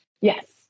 Yes